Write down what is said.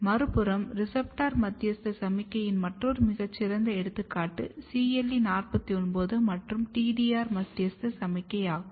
மறுபுறம் ரெசெப்டர் மத்தியஸ்த சமிக்ஞையின் மற்றொரு மிகச் சிறந்த எடுத்துக்காட்டு CLE41 மற்றும் TDR மத்தியஸ்த சமிக்ஞை ஆகும்